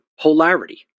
polarity